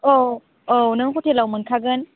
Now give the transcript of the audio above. औ औ नों हटेलाव मोनखागोन